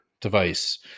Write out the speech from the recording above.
device